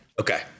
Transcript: Okay